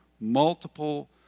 multiple